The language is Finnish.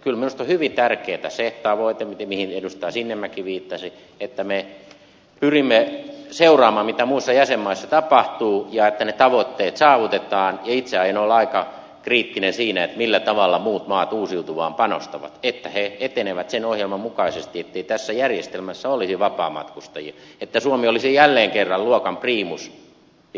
kyllä minusta on hyvin tärkeä se tavoite mihin edustaja sinnemäki viittasi että me pyrimme seuraamaan mitä muissa jäsenmaissa tapahtuu ja että ne tavoitteet saavutetaan ja itse aion olla aika kriittinen siinä millä tavalla muut maat uusiutuvaan panostavat että ne etenevät sen ohjelman mukaisesti ettei tässä järjestelmässä olisi vapaamatkustajia ettei suomi olisi jälleen kerran luokan priimus